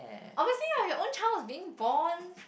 obviously lah your own child was being born